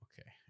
okay